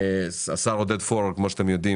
השר עודד פורר כמו שאתם יודעים,